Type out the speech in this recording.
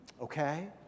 Okay